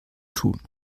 tun